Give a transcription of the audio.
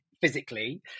physically